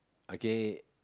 okay